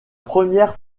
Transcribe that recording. première